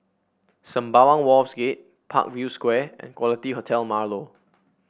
Sembawang Wharves Gate Parkview Square and Quality Hotel Marlow